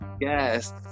Yes